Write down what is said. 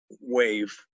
wave